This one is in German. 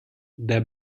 der